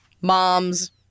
moms